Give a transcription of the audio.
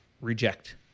reject